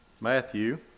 Matthew